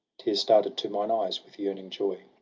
tears started to mine eyes with yearning joy.